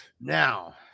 Now